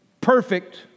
perfect